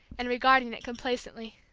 and regarding it complacently.